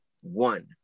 one